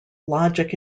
logic